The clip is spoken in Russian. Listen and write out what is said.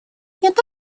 также